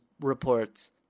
reports